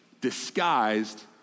disguised